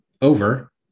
over